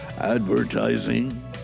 advertising